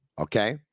okay